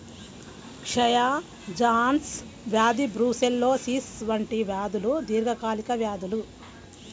క్షయ, జాన్స్ వ్యాధి బ్రూసెల్లోసిస్ వంటి వ్యాధులు దీర్ఘకాలిక వ్యాధులు